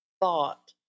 thought